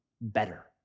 better